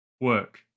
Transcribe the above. work